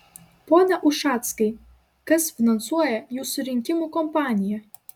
pone ušackai kas finansuoja jūsų rinkimų kompaniją